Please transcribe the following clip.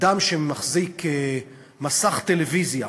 אדם שמחזיק מסך טלוויזיה,